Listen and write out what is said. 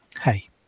hey